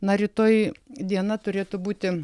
na rytoj diena turėtų būti